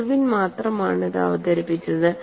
Irwin മാത്രമാണ് ഇത് അവതരിപ്പിച്ചത്